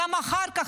וגם אחר כך,